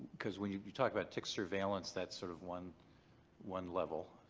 because when you you talk about tick surveillance that's sort of one one level,